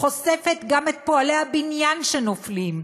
חושפת גם את פועלי הבניין שנופלים,